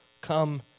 come